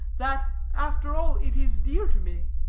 that, after all, it is dear to me.